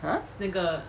!huh!